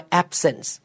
absence